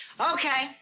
Okay